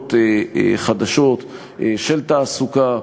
אפשרויות חדשות של תעסוקה,